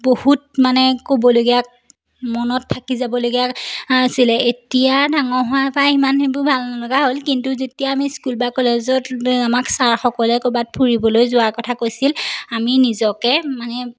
বহুত মানে ক'বলগীয়া মনত থাকি যাবলগীয়া আছিলে এতিয়া ডাঙৰ হোৱাৰ পৰা ইমান সেইবোৰ ভাল নলগা হ'ল কিন্তু যেতিয়া আমি স্কুল বা কলেজত আমাক ছাৰসকলে ক'ৰবাত ফুৰিবলৈ যোৱাৰ কথা কৈছিল আমি নিজকে মানে